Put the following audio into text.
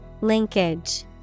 Linkage